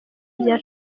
rya